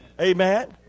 Amen